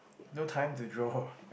no time to draw